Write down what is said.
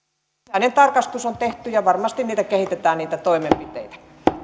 sisäinen tarkastus on tehty ja varmasti kehitetään niitä toimenpiteitä